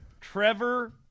Trevor